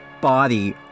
body